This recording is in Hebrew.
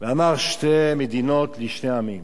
ואמר: שתי מדינות לשתי עמים.